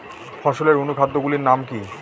ফসলের অনুখাদ্য গুলির নাম কি?